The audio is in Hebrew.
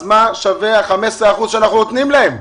אז מה שווה ה-15 אחוזים שאנחנו נותנים להם?